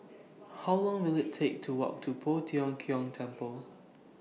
How Long Will IT Take to Walk to Poh Tiong Kiong Temple